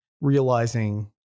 realizing